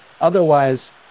otherwise